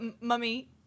mummy